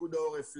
פיקוד העורף,